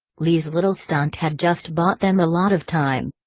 leigh's little stunt had just bought them a lot of time.